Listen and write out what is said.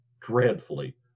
Dreadfully